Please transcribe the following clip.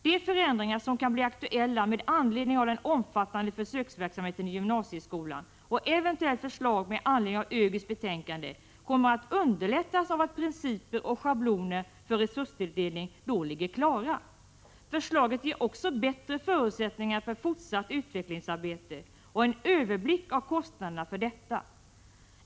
De förändringar som kan bli aktuella med anledning av den omfattande försöksverksamheten i gymnasieskolan och eventuella förslag med anledning av ÖGY:s betänkande kommer att underlättas av att principer och schabloner för resurstilldelning då ligger klara. Förslaget ger också bättre förutsättningar för fortsatt utvecklingsarbete och en överblick av kostnaderna för detta.